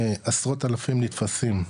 עשרות אלפים נתפסים.